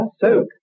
soak